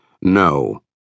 No